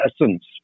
essence